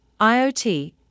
IoT